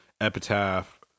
epitaph